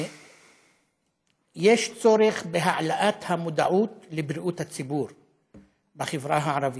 יש צורך בהעלאת המודעות לבריאות הציבור בחברה הערבית.